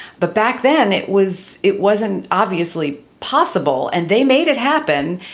but back then, it was it wasn't obviously possible. and they made it happen.